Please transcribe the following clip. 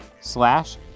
slash